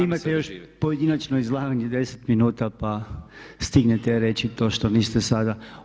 Imate još pojedinačno izlaganje 10 minuta pa stignete reći to što niste sada.